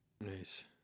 Nice